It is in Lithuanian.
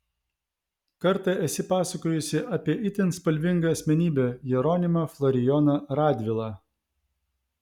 kartą esi pasakojusi apie itin spalvingą asmenybę jeronimą florijoną radvilą